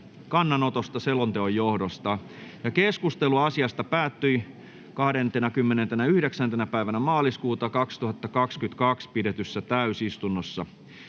kannanotosta selonteon johdosta. Keskustelu asiasta päättyi 29.3.2022 pidetyssä täysistunnossa.